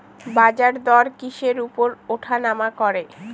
বাজারদর কিসের উপর উঠানামা করে?